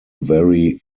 very